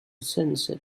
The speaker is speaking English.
sunset